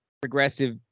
progressive